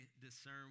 discern